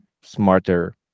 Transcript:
smarter